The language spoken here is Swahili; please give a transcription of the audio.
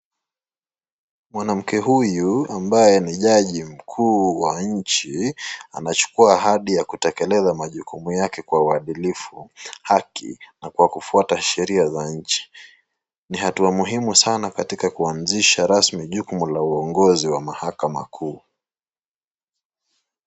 Mwanamke huyu ambaye ni jaji mkuu wa nchi anachukua ahadi ya kutekeleza majukumu yake kwa uadilifu ,haki na kwa kufuatwa sheria za nchi. Ni hatua muhimu sana katika kuanzisha rasmi jukumu la uongozi wa mahakama kuu.